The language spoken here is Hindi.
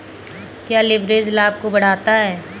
क्या लिवरेज लाभ को बढ़ाता है?